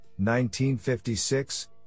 1956